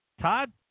Todd